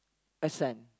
a son